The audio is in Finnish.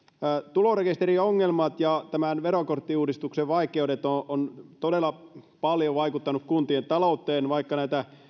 tulorekisteriongelmat ja verokorttiuudistuksen vaikeudet ovat todella paljon vaikuttaneet kuntien talouteen ja vaikka